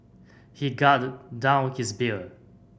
he gulped down his beer